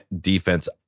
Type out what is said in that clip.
defense